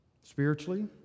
Spiritually